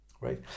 right